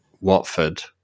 Watford